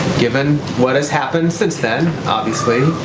given what has happened since then, obviously,